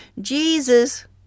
Jesus